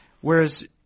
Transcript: whereas